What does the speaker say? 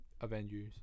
Avengers